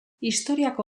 historiako